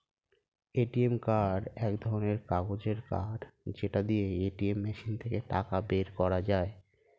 ATM card এক ধরণের কাগজের কার্ড যেটা দিয়ে এটিএম মেশিন থেকে টাকা বের করা যায়